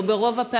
או רוב הפעמים,